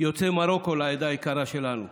יוצאי מרוקו לעדה היקרה שלנו.